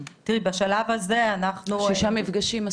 משרד המשפטים,